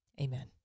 Amen